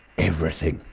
everything,